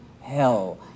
Hell